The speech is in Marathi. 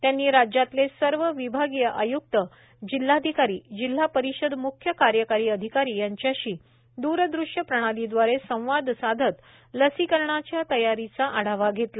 त्यांनी राज्यातले सर्व विभागीय आयुक्त जिल्हाधिकारी जिल्हा परिषद मुख्य कार्यकारी अधिकारी यांच्याशी द्रदृश्य प्रणालीद्वारे संवाद साधत लसीकरणाच्या तयारीचा आढावा घेतला